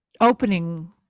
opening